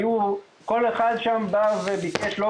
כל אחד שם בא וביקש,